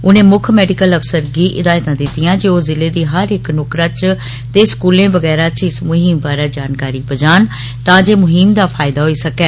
उन्ने मुक्ख मैडिकल अफसर गी हिदायतां दितियां जे ओह जिले दी हर इक नुक्करा च ते स्कूलें बगैंहरा च इस मुहीम बारै जानकारी पजान तां जे मुहीम दा फायदा होई सकै